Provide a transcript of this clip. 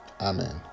Amen